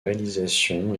réalisation